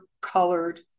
colored